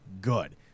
good